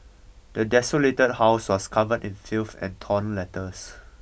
the desolated house was covered in filth and torn letters